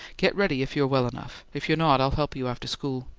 get ready if you are well enough, if you are not, i'll help you after school.